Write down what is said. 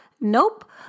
Nope